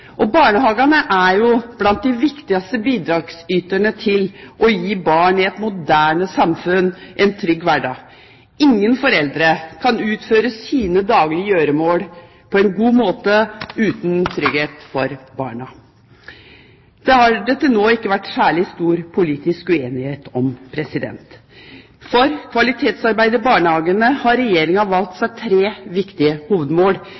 sa. Barnehagene er blant de viktigste bidragsyterne når det gjelder å gi barn i et moderne samfunn en trygg hverdag. Ingen foreldre kan utføre sine daglige gjøremål på en god måte uten trygghet for barna. Det har det til nå ikke vært særlig stor politisk uenighet om. For kvalitetsarbeidet i barnehagene har Regjeringa valgt tre viktige hovedmål: